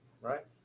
right